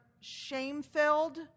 shame-filled